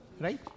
right